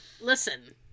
Listen